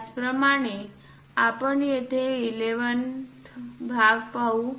त्याचप्रमाणे आपण येथे 11 वा भाग घेऊ